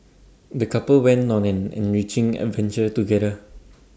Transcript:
the couple went on an enriching adventure together